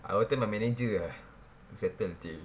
I would tell my manager ah to settle !chey!